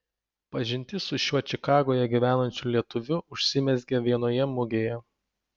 pažintis su šiuo čikagoje gyvenančiu lietuviu užsimezgė vienoje mugėje